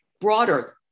broader